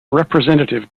representative